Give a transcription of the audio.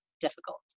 difficult